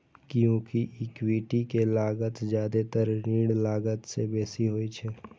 कियैकि इक्विटी के लागत जादेतर ऋणक लागत सं बेसी होइ छै